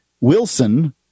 Wilson